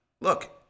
look